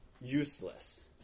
useless